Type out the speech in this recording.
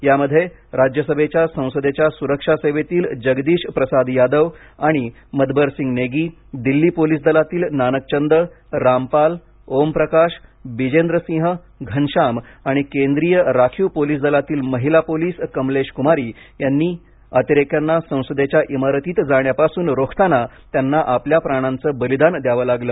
यामध्ये राज्यसभेच्या संसदेच्या सुरक्षा सेवेतील जगदीश प्रसाद यादव आणि मतबरसिंग नेगी दिल्ली पोलिस दलातील नानक चंद रामपाल ओमप्रकाश बिजेंद्र सिंह घनश्याम आणि केंद्रीय राखीव पोलीस दलातील महिला पोलीस कमलेश कुमारी यांनी अतिरेक्यांना संसदेच्या इमारतीत जाण्यापासून रोखताना त्यांना आपल्या प्राणांचे बलिदान द्यावे लागले